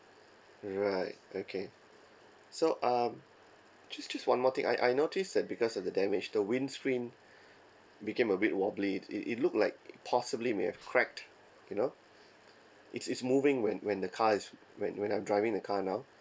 right okay so um just just one more thing I I noticed that because of the damage the windscreen became a bit wobbly it it looked like it possibly may have cracked you know it's it's moving when when the car is when when I'm driving the car now